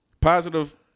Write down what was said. Positive